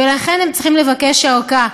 ולכן הם צריכים לבקש ארכה.